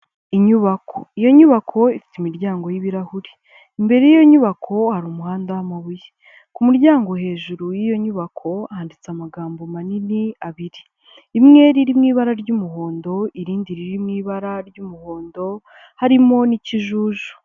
Inyubako iyo nyubako ifite imiryango y'ibirahuri, imbere y'iyo nyubako hari umuhanda w'amabuye, ku muryango hejuru y'iyo nyubako handitse amagambo manini abiri rimwe riri mu ibara ry'umuhondo, irindi riri mu ibara ry'umuhondo harimo n'ikijuju.